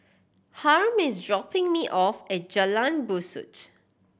Harm is dropping me off at Jalan Besut